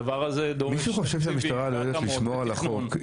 מישהו חושב שהמשטרה לא יודעת לשמור על החוק?